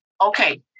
Okay